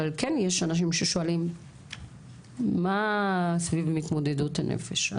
אבל כן יש אנשים ששואלים מה סביב מתמודדות הנפש.